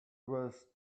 was